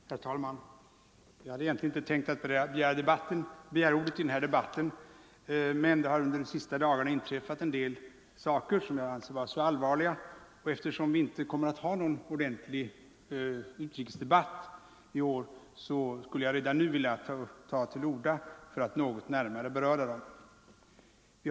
Herr talman! Jag hade egentligen inte tänkt begära ordet i den här debatten, men det har under de senaste dagarna inträffat en del saker som jag anser vara så allvarliga att jag — eftersom vi inte kommer att ha någon ordentlig utrikesdebatt i år — nu vill något närmare beröra.